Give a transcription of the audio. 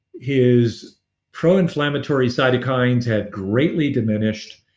his proinflammatory cytokines had greatly diminished.